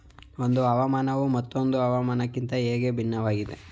ಒಂದು ಹವಾಮಾನವು ಮತ್ತೊಂದು ಹವಾಮಾನಕಿಂತ ಹೇಗೆ ಭಿನ್ನವಾಗಿದೆ?